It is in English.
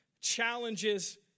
challenges